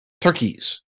Turkeys